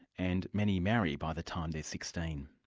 and many marry by the time they're sixteen.